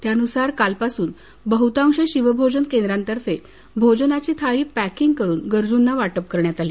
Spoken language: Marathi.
त्यानूसार कालपासून बहतांश शिवभोजन केंद्रातर्फे भोजनाची थाळी पॅकिंग करून गरजूंना वाटप करण्यात आली